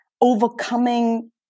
overcoming